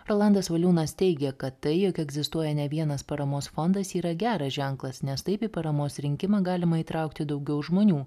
rolandas valiūnas teigė kad tai jog egzistuoja ne vienas paramos fondas yra gera ženklas nes taip į paramos rinkimą galima įtraukti daugiau žmonių